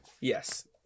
Yes